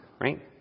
right